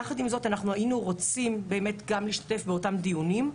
יחד עם זאת היינו רוצים גם להשתתף באותם דיונים.